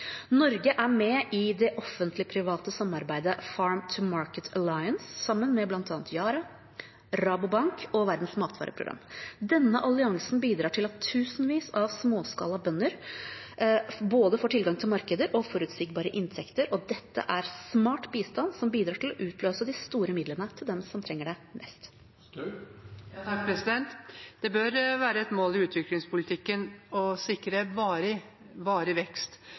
Norge er med i det offentlig-private samarbeidet Farm to Market Alliance sammen med bl.a. Yara, Rabo Bank og Verdens matvareprogram. Denne alliansen bidrar til at tusenvis av småskala bønder får både tilgang til markeder og forutsigbare inntekter. Dette er smart bistand som bidrar til å utløse de store midlene til dem som trenger det mest. Det bør være et mål i utviklingspolitikken å sikre varig vekst.